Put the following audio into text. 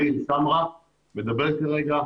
מאיר שמרה מדבר כרגע.